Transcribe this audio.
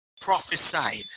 prophesied